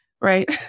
right